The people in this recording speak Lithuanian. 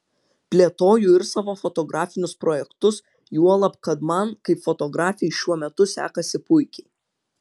plėtoju ir savo fotografinius projektus juolab kad man kaip fotografei šiuo metu sekasi puikiai